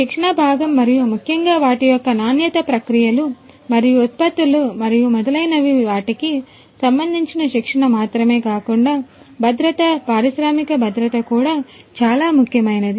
శిక్షణా భాగం మరియు ముఖ్యంగా వాటి యొక్క నాణ్యత ప్రక్రియలు మరియు ఉత్పత్తులు మరియు మొదలైనవి వాటికి సంబంధించిన శిక్షణ మాత్రమే కాకుండాభద్రత పారిశ్రామిక భద్రత కూడా చాలా ముఖ్యమైనది